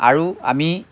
আৰু আমি